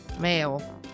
male